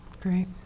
Great